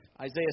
Isaiah